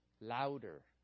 louder